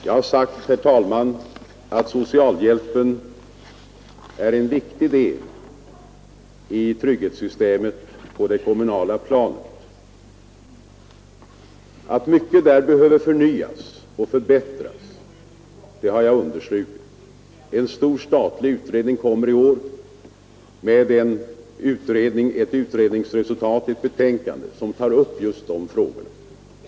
Det har sagts, herr talman, att socialhjälpen är en viktig del i trygghetssystemet på det kommunala planet. Att mycket där behöver förnyas och förbättras, har jag understrukit. En statlig utredning kommer i år att framlägga ett betänkande, som tar upp just dessa frågor.